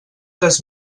des